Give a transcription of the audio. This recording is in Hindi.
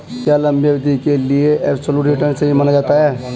क्या लंबी अवधि के लिए एबसोल्यूट रिटर्न सही माना जाता है?